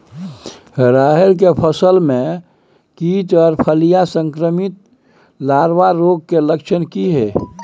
रहर की फसल मे कीट आर फलियां संक्रमित लार्वा रोग के लक्षण की हय?